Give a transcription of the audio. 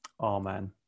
Amen